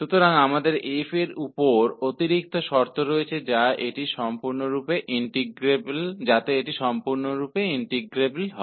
तो हमारे पास f पर अतिरिक्त कंडीशन है कि यह पूरी तरह से इन्टग्रबल हो